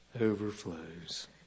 overflows